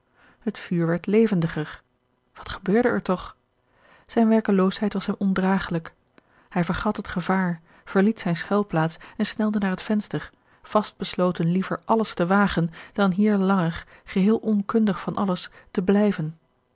het vuur werd levendiger wat gebeurde er toch zijne werkeloosheid was hem ondragelijk hij vergat het gevaar verliet zijne schuilplaats en snelde naar het venster vast besloten liever alles te wagen dan hier langer geheel onkundig van alles te blijven